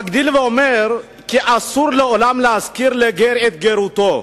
מגדיל ואומר כי אסור לעולם להזכיר לגר את גרותו,